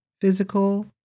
physical